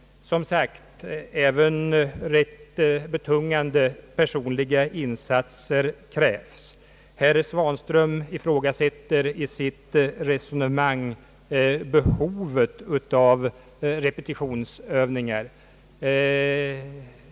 Som sagt, även rätt betungande personliga insatser krävs. Herr Svanström ifrågasätter i sitt resonemang behovet av repetitionsövningar.